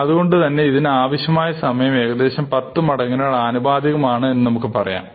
അതുകൊണ്ടുതന്നെ ഇതിന് ആവശ്യമായ സമയം ഏകദേശം 10 മടങ്ങിനോട് ആനുപാതികമാണ് എന്ന് നമുക്ക് പറയാം